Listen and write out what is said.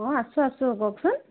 অঁ আছোঁ আছোঁ কওকচোন